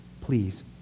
Please